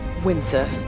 Winter